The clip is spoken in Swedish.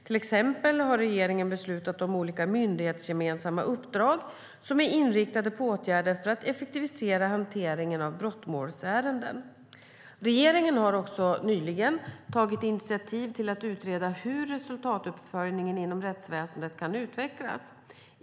Till exempel har regeringen beslutat om olika myndighetsgemensamma uppdrag som är inriktade på åtgärder för att effektivisera hanteringen av brottmålsärenden. Regeringen har också nyligen tagit initiativ till att utreda hur resultatuppföljningen inom rättsväsendet kan utvecklas.